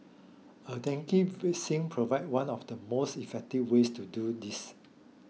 a dengue vaccine provides one of the most effective ways to do this